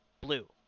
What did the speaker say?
blue